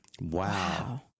Wow